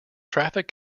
traffic